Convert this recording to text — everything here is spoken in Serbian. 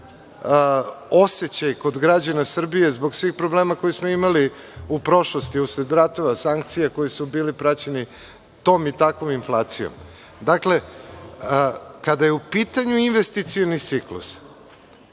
osećaj kod građana Srbije zbog svih problema koje smo imali u prošlosti usled ratova, sankcija koji su bili praćeni tom i takvom inflacijom. Dakle, kada je u pitanju investicioni ciklus,